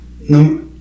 no